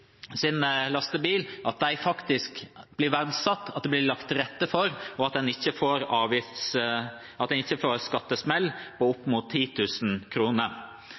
sin lastebil, faktisk blir verdsatt, at det blir lagt til rette for, og at en ikke får en skattesmell på opp mot